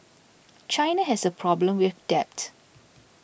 China has a problem with debt